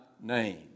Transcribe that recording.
name